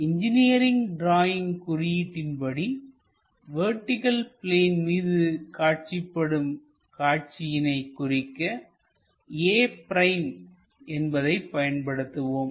engineering drawing குறியீட்டின் படி vertical plane மீது காட்சிப் படும் காட்சியினை குறிக்க a' என்பதைப் பயன்படுத்துவோம்